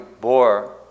bore